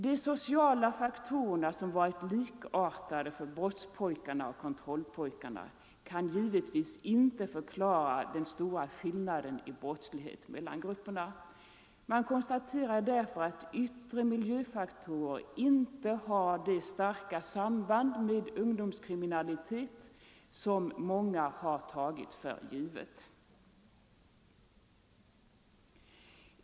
De sociala faktorerna som varit likartade för brottspojkarna och kontrollpojkarna kan givetvis inte förklara den stora skillnaden i brottslighet mellan grupperna. Man konstaterar därför att yttre miljöfaktorer inte har det starka samband med ungdomskriminalitet som många tagit för givet.